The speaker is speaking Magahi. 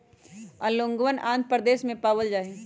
ओंगोलवन आंध्र प्रदेश में पावल जाहई